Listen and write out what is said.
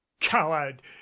coward